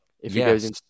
Yes